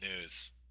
news